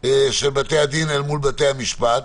בתי-הדין אל מול בתי-המשפט.